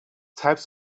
types